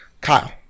Kyle